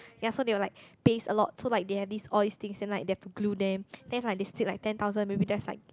ya so they were like paste a lot so like they have these oil things then like they have to glue them then like they stick like ten thousand or maybe just like